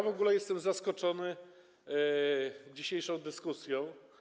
W ogóle jestem zaskoczony dzisiejszą dyskusją.